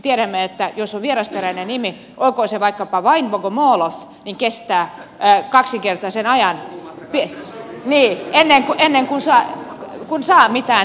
tiedämme että jos on vierasperäinen nimi olkoon se vaikkapa vain bogomoloff niin kestää kaksinkertaisen ajan niin ennen kuin saa mitään työtä